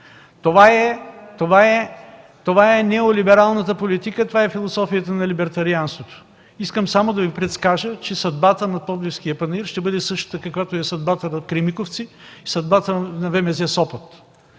Това е неолибералната политика, това е философията на либертарианството. Искам само да Ви предскажа, че съдбата на Пловдивския панаир ще бъде същата, каквато е съдбата на „Кремиковци”, съдбата на ВМЗ – Сопот.